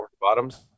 bottoms